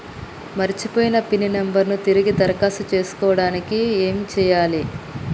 మర్చిపోయిన PIN number ను తిరిగి దరఖాస్తు చేసుకోవడానికి ఏమి చేయాలే?